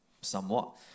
somewhat